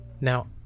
Now